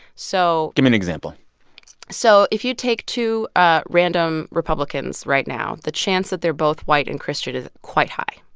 so. give me an example so if you take two ah random republicans right now, the chance that they're both white and christian is quite high.